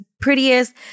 prettiest